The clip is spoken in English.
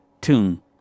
tune